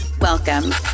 Welcome